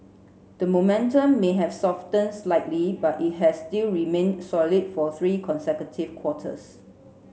the momentum may have softened slightly but it has still remained solid for three consecutive quarters